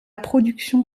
production